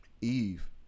Eve